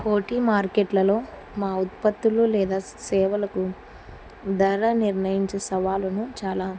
కోటీ మార్కెట్లలో మా ఉత్పత్తులు లేదా సేవలకు ధర నిర్ణయించే సవాాలును చాలా